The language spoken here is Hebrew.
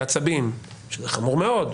שזה חמור מאוד,